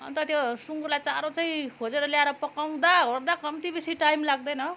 अन्त त्यो सुँगुरलाई चारो चाहिँ खोजेर ल्याएर पकाउँदा ओर्दा कम्ति बेसी टाइम लाग्दैन हौ